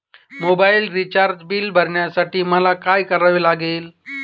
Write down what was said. Mobile recharge bill भरण्यासाठी मला काय करावे लागेल?